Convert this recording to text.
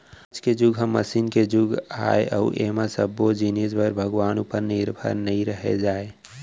आज के जुग ह मसीन के जुग आय अउ ऐमा सब्बो जिनिस बर भगवान उपर निरभर नइ रहें जाए